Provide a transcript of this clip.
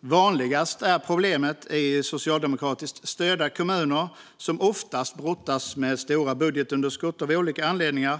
Vanligast är problemet i socialdemokratiskt styrda kommuner, som oftast brottas med stora budgetunderskott av olika anledningar.